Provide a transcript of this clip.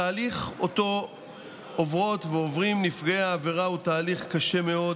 התהליך שעוברות ועוברים נפגעי העבירה הוא תהליך קשה מאוד,